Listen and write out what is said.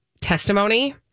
testimony